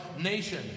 nation